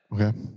Okay